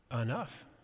enough